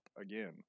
again